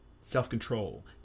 self-control